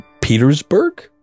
Petersburg